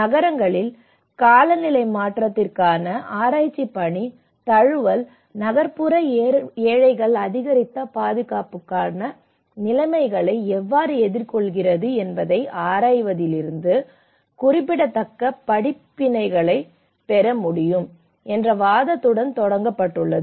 நகரங்களில் காலநிலை மாற்றத்திற்கான ஆராய்ச்சி பணி தழுவல் நகர்ப்புற ஏழைகள் அதிகரித்த பாதிப்புக்குள்ளான நிலைமைகளை எவ்வாறு எதிர்கொள்கிறது என்பதை ஆராய்வதிலிருந்து குறிப்பிடத்தக்க படிப்பினைகளை பெற முடியும் என்ற வாதத்துடன் தொடங்கப்பட்டுள்ளது